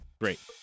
Great